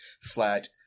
flat